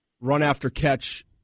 run-after-catch